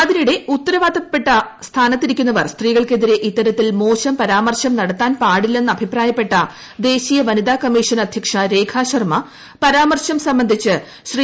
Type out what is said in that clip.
അതിനിടെ ഉത്തരവാദപ്പെട്ട സ്ഥാനത്തിരിക്കുന്നവർ സ്ത്രീകൾക്കെതിരെ ഇത്തരത്തിൽ മോശം പരാമർശം നടത്താൻ പാടില്ലെന്ന് അഭിപ്രായപ്പെട്ട ദേശീയ വനിതാകമ്മീഷൻ അദ്ധ്യക്ഷ രേഖാ ശർമ്മ പരാമർശം സംബന്ധിച്ച് ശ്രീ